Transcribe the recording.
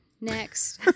Next